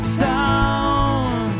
sound